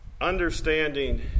Understanding